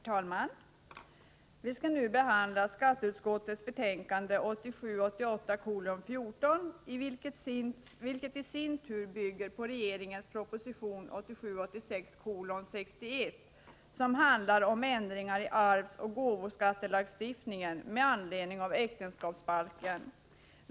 Herr talman! Vi skall nu behandla skatteutskottets betänkande 1987 88:61, som föreslår ändringar i arvsoch gåvoskattelagstiftningen i äktenskapsbalken.